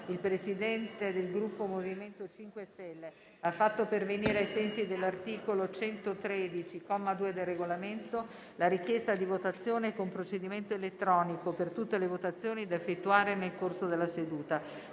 il Presidente del Gruppo MoVimento 5 Stelle ha fatto pervenire, ai sensi dell'articolo 113, comma 2, del Regolamento, la richiesta di votazione con procedimento elettronico per tutte le votazioni da effettuare nel corso della seduta.